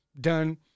Done